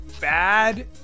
bad